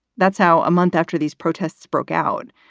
that's how a month after these protests broke out.